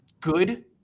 good